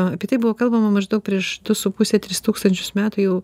apie tai buvo kalbama maždaug prieš du su puse tris tūkstančius metų jau